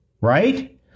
right